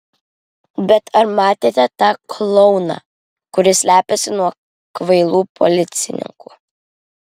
bet ar matėte tą klouną kuris slepiasi nuo kvailų policininkų